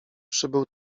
przybył